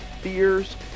fears